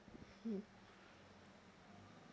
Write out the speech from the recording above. mm